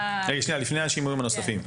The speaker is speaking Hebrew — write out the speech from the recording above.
שנייה, לפני השימועים הנוספים.